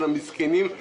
של המסכנים,